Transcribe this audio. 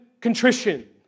contrition